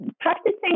practicing